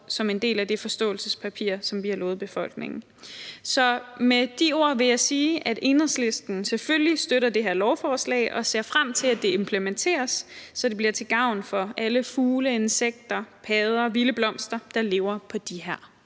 som en del af forståelsespapiret som en del af det, vi har lovet befolkningen. Med de ord vil jeg sige, at Enhedslisten selvfølgelig støtter det her lovforslag og ser frem til, at det implementeres, så det bliver til gavn for alle fugle, insekter, padder og vilde blomster, der lever på de her